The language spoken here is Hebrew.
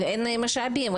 אין משאבים,